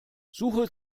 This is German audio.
suche